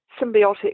symbiotic